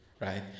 right